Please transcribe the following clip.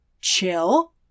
chill